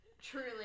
Truly